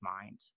mind